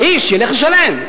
האיש ילך לשלם,